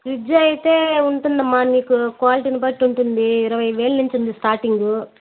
fridge అయితే ఉంటుందమ్మా నీకు క్వాలిటీని బట్టి ఉంటుంది ఇరవై వేలు నుంచి ఉంది స్టార్టింగ్